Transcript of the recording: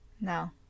No